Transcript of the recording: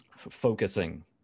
focusing